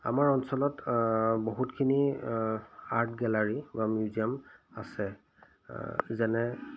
আমাৰ অঞ্চলত বহুতখিনি আৰ্ট গেলাৰী বা মিউজিয়াম আছে যেনে